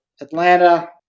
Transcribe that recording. Atlanta